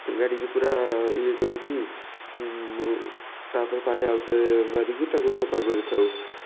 ଗାଡ଼ିକି ପୂରା ଇଏ କରିକି ତା'ପରେ ପାଣି ଆଉଥରେ ମାରିକି ତାକୁ ସଫା କରିଥାଉ